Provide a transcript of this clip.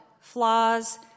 flaws